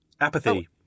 Apathy